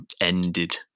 ended